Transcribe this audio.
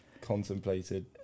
contemplated